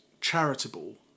charitable